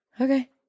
okay